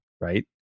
right